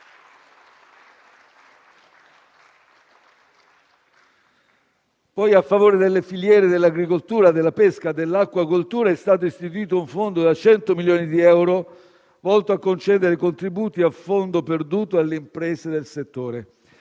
A favore delle filiere dell'agricoltura, della pesca e dell'acquacoltura è stato istituito un fondo da 100 milioni di euro, volto a concedere contributi a fondo perduto alle imprese del settore.